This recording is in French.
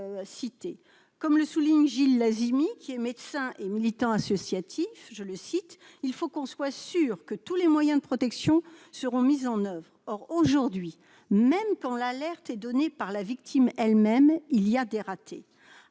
comme le souligne Gilles Lazimi, qui est médecin et militant associatif, je le cite : il faut qu'on soit sûr que tous les moyens de protection seront mises en Oeuvres, or aujourd'hui, même quand l'alerte est donnée par la victime elle-même, il y a des ratés, à